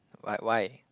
what why